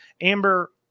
Amber